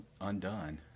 undone